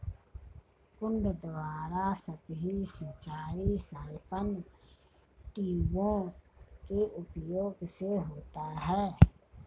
कुंड द्वारा सतही सिंचाई साइफन ट्यूबों के उपयोग से होता है